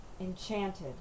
enchanted